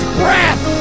breath